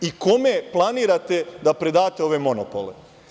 I kome planirate da predate ove monopole?